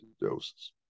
doses